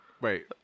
Wait